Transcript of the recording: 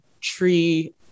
tree